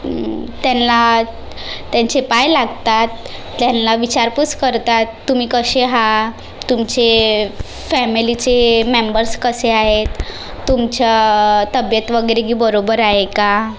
त्यांना त्यांचे पाय लागतात त्यांना विचारपूस करतात तुम्ही कसे आहा तुमचे फॅमिलीचे मेंबर्स कसे आहेत तुमची तब्येत वगैरे बरोबर आहे का